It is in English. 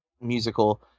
musical